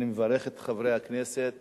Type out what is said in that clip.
ואני מברך את חברי הכנסת,